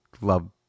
love